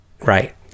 right